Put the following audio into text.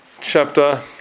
chapter